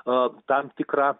o tam tikrą